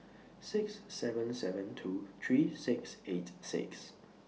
six seven seven two three six eight six